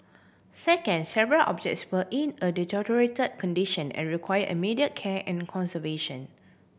second several objects were in a deteriorate condition and require immediate care and conservation